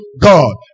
god